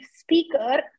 speaker